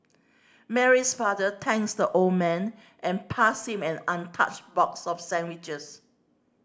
Mary's father thanks the old man and passed him an untouched box of sandwiches